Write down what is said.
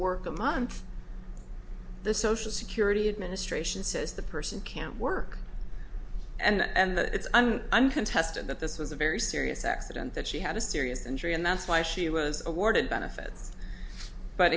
work a month the social security administration says the person can't work and it's i'm not uncontested that this was a very serious accident that she had a serious injury and that's why she was awarded benefits but